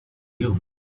you